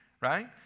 right